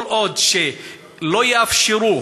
כל עוד לא יאפשרו